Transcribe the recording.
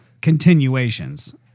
continuations